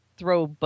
throw